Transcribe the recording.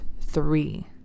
three